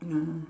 ya